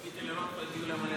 ציפיתי לראות את יוליה מלינובסקי,